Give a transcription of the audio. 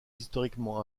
historiquement